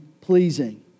pleasing